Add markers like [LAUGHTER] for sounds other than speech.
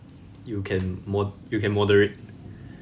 you can mod~ you can moderate [BREATH]